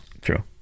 true